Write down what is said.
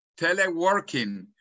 teleworking